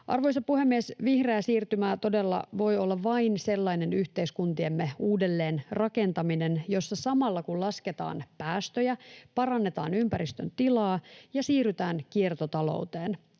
Arvoisa puhemies! Vihreää siirtymää todella voi olla vain sellainen yhteiskuntiemme uudelleenrakentaminen, jossa samalla, kun lasketaan päästöjä, parannetaan ympäristön tilaa ja siirrytään kiertotalouteen.